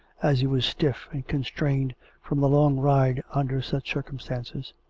as he was stiff and con strained from the long ride under such circumstances.